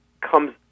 comes